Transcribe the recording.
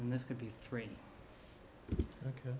and this could be three ok